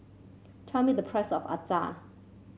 tell me the price of acar